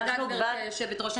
גברתי היושבת-ראש,